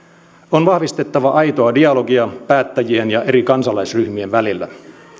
on vahvistettava aitoa dialogia päättäjien ja eri kansalaisryhmien välillä